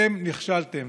אתם נכשלתם.